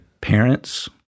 parents